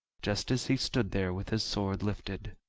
just as he stood there with his sword lifted!